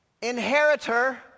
...inheritor